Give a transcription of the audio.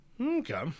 Okay